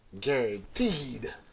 guaranteed